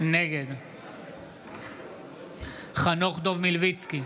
נגד חנוך דב מלביצקי,